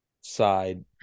side